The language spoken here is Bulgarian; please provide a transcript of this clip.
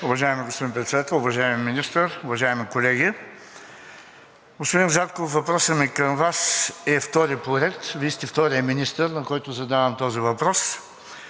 Уважаеми господин Председател, уважаеми Министър, уважаеми колеги! Господин Зарков, въпросът ми към Вас е втори поред. Вие сте вторият министър, на който задавам този въпрос,